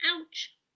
Ouch